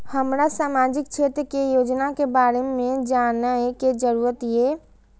हमरा सामाजिक क्षेत्र के योजना के बारे में जानय के जरुरत ये?